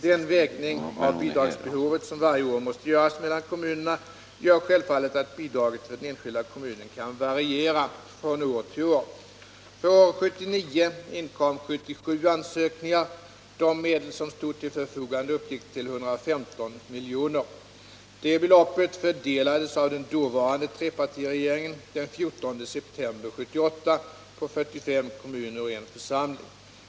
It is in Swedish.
Den vägning av bidragsbehovet som varje år måste göras mellan kommunerna gör självfallet att bidraget för den enskilda kommunen kan variera från år till år. För år 1979 inkom 77 ansökningar. De medel som stod till förfogande uppgick till 115 milj.kr. Detta belopp fördelades av den dåvarande trepartiregeringen den 14 september 1978 på 45 kommuner och en församling.